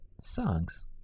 Songs